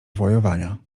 wojowania